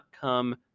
come